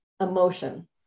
emotion